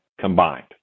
combined